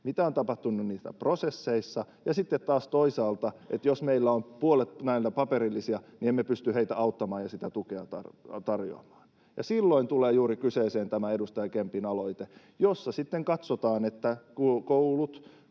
mitä on tapahtunut niissä prosesseissa? Ja sitten taas toisaalta, jos meillä on puolet näitä paperillisia, niin emme pysty heitä auttamaan ja sitä tukea tarjoamaan, ja silloin tulee juuri kyseeseen tämä edustaja Kempin aloite, jossa sitten katsotaan, että koulut